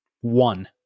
One